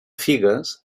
figues